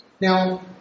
Now